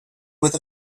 with